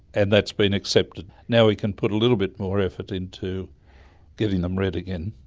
and that's been accepted. now we can put a little bit more effort into getting them read again.